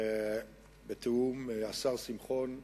בתיאום עם השר שמחון,